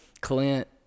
Clint